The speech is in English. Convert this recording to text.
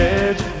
edge